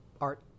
art